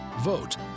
Vote